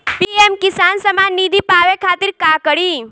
PM Kisan Samman Nidhi पावे खातिर का करी?